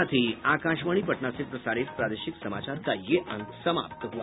इसके साथ ही आकाशवाणी पटना से प्रसारित प्रादेशिक समाचार का ये अंक समाप्त हुआ